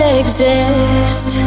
exist